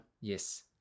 Yes